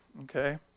okay